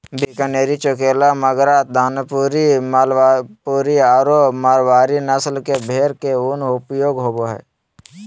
बीकानेरी, चोकला, मागरा, दानपुरी, मालपुरी आरो मारवाड़ी नस्ल के भेड़ के उन उपयोग होबा हइ